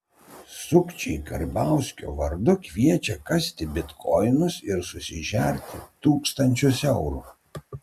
sukčiai karbauskio vardu kviečia kasti bitkoinus ir susižerti tūkstančius eurų